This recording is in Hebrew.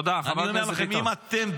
לא אכפת לי מה שהם אומרים,